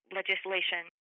legislation